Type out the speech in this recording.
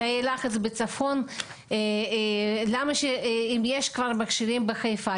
תאי לחץ בצפון: אם יש כבר מכשירים בחיפה,